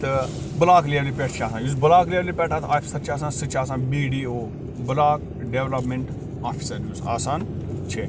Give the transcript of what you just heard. تہٕ بٕلاک لیولہِ پٮ۪ٹھ چھُ آسان یُس بٕلاک لیولہِ پٮ۪ٹھ اَتھ آفسر چھُ آسان سُہ تہِ چھُ آسان B D O block development officer یُس آسان چھُ